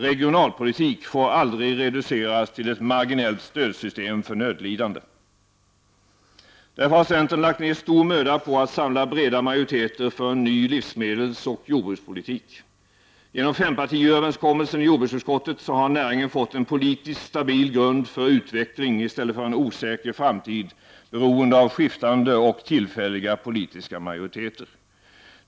Regionalpolitik får aldrig reduceras till ett marginellt stödsystem för nödlidande! Därför har centern lagt ner stor möda på att samla breda majoriteter för en ny livsmedelsoch jordbrukspolitik. Genom fempartiöverenskommelsen i jordbruksutskottet har näringen fått en politiskt stabil grund för utveckling i stället för en osäker framtid med beroende av skiftande och tillfälliga politiska majoriteter.